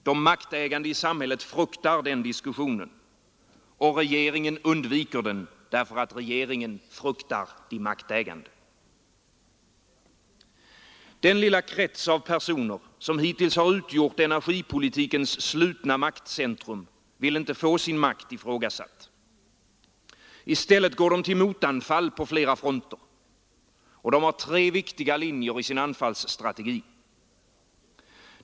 De maktägande i samhället fruktar den diskussionen, och regeringen undviker den därför att regeringen fruktar de maktägande. Den lilla krets av personer som hittills utgjort energipolitikens slutna maktcentrum vill inte få sin makt ifrågasatt. I stället går de till motanfall på flera fronter. De har tre viktiga linjer i sin anfallsstrategi.